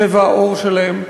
צבע העור שלהם,